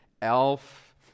Elf